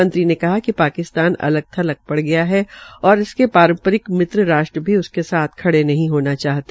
मंत्री ने कहा कि पाकिस्तान अलग थलग पड़ गया है और उसके पांरपरिक मित्र राष्ट्र भी उसके साथ खड़े नहीं होना चाहते